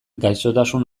gaixotasun